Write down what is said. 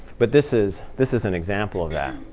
but this is this is an example of that.